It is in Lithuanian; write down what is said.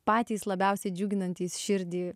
patys labiausiai džiuginantys širdį